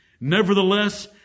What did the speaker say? nevertheless